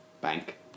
bank